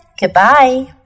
goodbye